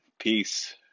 Peace